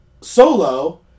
Solo